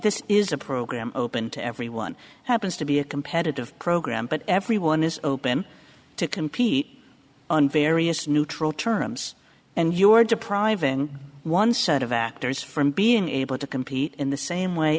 this is a program open to everyone happens to be a competitive program but everyone is open to compete on various neutral terms and you're depriving one set of actors from being able to compete in the same way